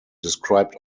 described